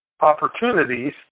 opportunities